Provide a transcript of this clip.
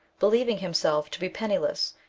believing himself to be penniless,